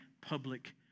public